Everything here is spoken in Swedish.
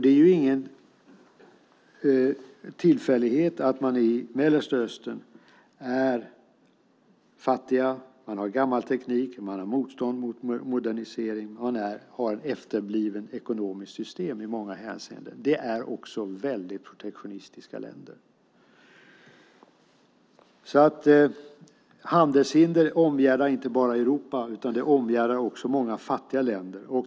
Det är ingen tillfällighet att man i Mellanöstern är fattig, har gammal teknik och motstånd mot modernisering. Man har ett efterblivet ekonomiskt system i många hänseenden. De är också väldigt protektionistiska länder. Handelshinder omgärdar inte bara Europa utan också många fattiga länder.